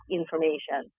information